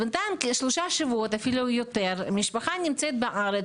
בינתיים יותר משלושה שבועות משפחה נמצאת בארץ,